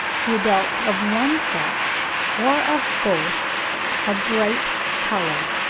the adults of one sex or of both are bright coloured,